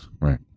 right